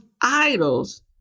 idols